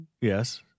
Yes